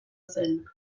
zen